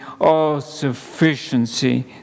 all-sufficiency